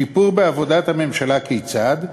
שיפור בעבודת הממשלה כיצד?